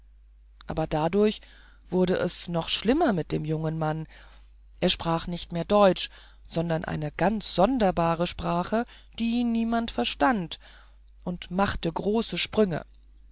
aber dadurch wurde es nur noch schlimmer mit dem jungen mann er sprach nicht mehr deutsch sondern eine ganz sonderbare sprache die niemand verstand und machte große sprünge